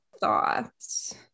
thoughts